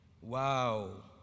Wow